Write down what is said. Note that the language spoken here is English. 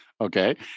Okay